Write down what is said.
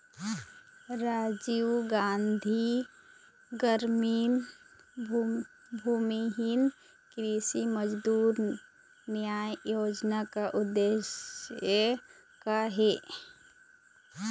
राजीव गांधी गरामीन भूमिहीन कृषि मजदूर न्याय योजना के उद्देश्य का हे?